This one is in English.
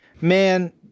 man